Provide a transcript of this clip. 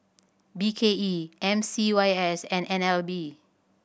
B K E M C Y S and N L B